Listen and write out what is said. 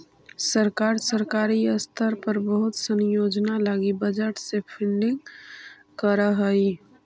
सरकार सरकारी स्तर पर बहुत सनी योजना लगी बजट से फंडिंग करऽ हई